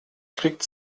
kriegt